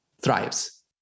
thrives